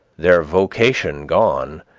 their vocation gone,